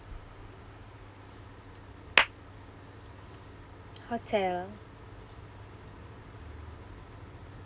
hotel